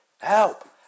Help